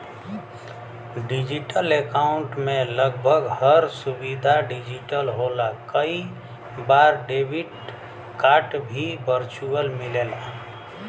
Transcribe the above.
digital account में लगभग हर सुविधा डिजिटल होला कई बार डेबिट कार्ड भी वर्चुअल मिलला